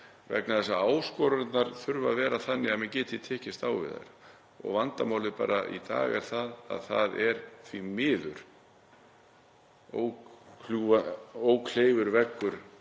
vegna þess að áskoranirnar þurfa að vera þannig að menn geti tekist á við þær. Og vandamálið í dag er að það er því miður ókleifur veggur